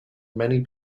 many